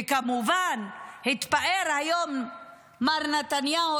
וכמובן התפאר היום מר נתניהו,